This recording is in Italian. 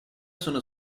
sono